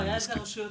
הבעיה זה הרשויות